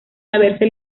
haberse